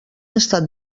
estat